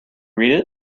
read